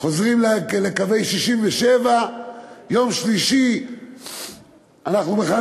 חוזרים לקווי 67'; ביום השלישי אנחנו בכלל